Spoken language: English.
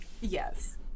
yes